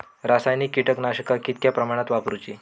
रासायनिक कीटकनाशका कितक्या प्रमाणात वापरूची?